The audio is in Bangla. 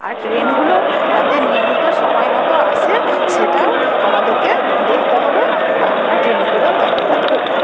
আর ট্রেনগুলো যাতে নিয়মিত সময়মতো আসে সেটাও আমাদেরকে দেখতে হবে আর আমরা ট্রেনে করেও যাতাযাত করি